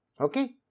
okay